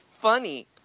Funny